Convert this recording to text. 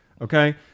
okay